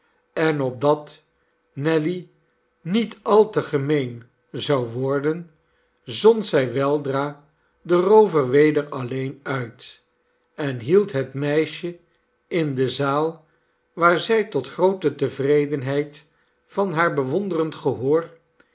en opdat nelly niet al te gemeen zou worden zond zij weldra den roover weder alleen uit en hield het meisje in de zaal waar zij tot groote tevredenheid van haar bewonderend gehoor